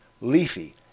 leafy